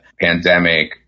pandemic